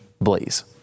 blaze